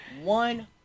One